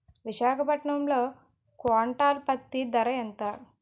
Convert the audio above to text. విశాఖపట్నంలో క్వింటాల్ పత్తి ధర ఎంత?